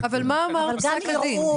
אבל אתה אומר הוא איפשר.